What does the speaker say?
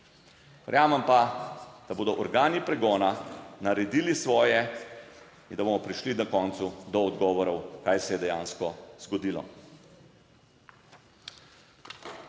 Verjamem pa, da bodo organi pregona naredili svoje, in da bomo prišli na koncu do odgovorov, kaj se je dejansko zgodilo.